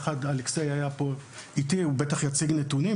ואלכסיי היה איתי והוא בטח יציג נתונים.